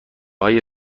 های